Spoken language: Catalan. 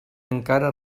encara